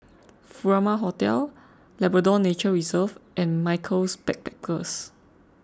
Furama Hotel Labrador Nature Reserve and Michaels Backpackers